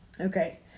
Okay